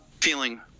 feeling